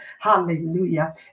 Hallelujah